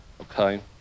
okay